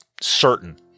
certain